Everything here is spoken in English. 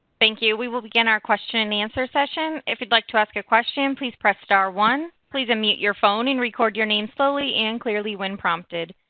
thank you. we will begin our question and answer session. if you'd like to ask a question, please press star one. please unmute your phone and record your name slowly and clearly when prompted.